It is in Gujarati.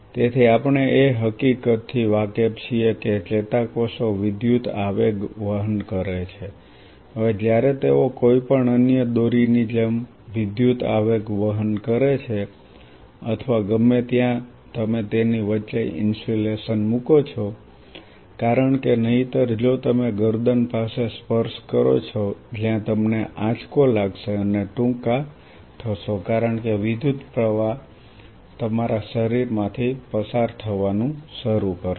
તેથી આપણે એ હકીકતથી વાકેફ છીએ કે ચેતાકોષો વિદ્યુત આવેગ વહન કરે છે હવે જ્યારે તેઓ કોઈપણ અન્ય દોરીની જેમ વિદ્યુત આવેગ વહન કરે છે અથવા ગમે ત્યાં તમે તેની વચ્ચે ઇન્સ્યુલેશન મૂકો છો કારણ કે નહીંતર જો તમે ગરદન પાસે સ્પર્શ કરો છો જ્યાં તમને આંચકો લાગશે અને ટૂંકા થશો કારણ કે વિદ્યુત પ્રવાહ તમારા શરીરમાંથી પસાર થવાનું શરૂ કરશે